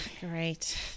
great